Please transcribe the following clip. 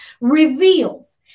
reveals